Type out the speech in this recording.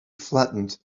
flattened